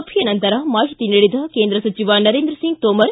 ಸಭೆಯ ನಂತರ ಮಾಹಿತಿ ನೀಡಿದ ಕೇಂದ್ರ ಸಚಿವ ನರೇಂದ್ರ ಸಿಂಗ್ ತೋಮರ್